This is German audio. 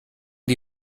die